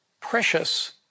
precious